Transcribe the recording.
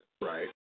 right